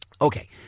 Okay